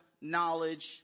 knowledge